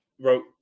wrote